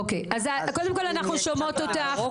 קודם כל אומר שאנחנו שומעות אותך.